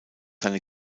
seine